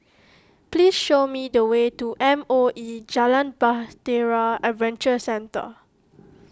please show me the way to M O E Jalan Bahtera Adventure Centre